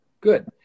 good